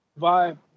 vibe